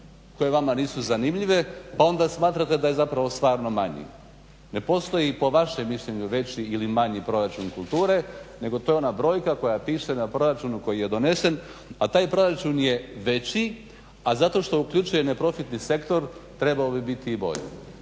koje vama nisu zanimljive pa onda smatrate da je zapravo stvarno manji. Ne postoji po vašem mišljenju veći ili manji proračun kulture nego je to ona brojka koja piše na proračunu koji je donesen, a a taj proračun je veći a zato što uključuje neprofitni sektor trebao bi biti i bolji.